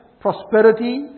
prosperity